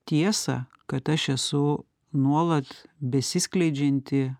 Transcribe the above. tiesą kad aš esu nuolat besiskleidžianti